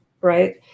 right